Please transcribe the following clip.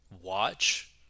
watch